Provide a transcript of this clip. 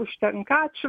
užtenka ačiū